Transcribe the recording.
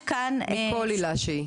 מכל עילה שהיא?